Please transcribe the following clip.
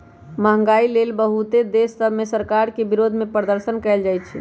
महंगाई लए के बहुते देश सभ में सरकार के विरोधमें प्रदर्शन कएल जाइ छइ